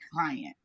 client